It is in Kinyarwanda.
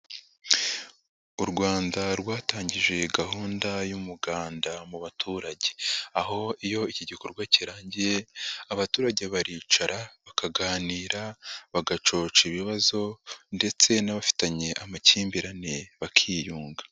U Rwanda rwatangije gahunda y'umuganda mu baturage, aho iyo iki gikorwa kirangiye abaturage baricara bakaganira bagacoca ibibazo ndetse n'abafitanye amakimbirane bakiyunga.